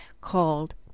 called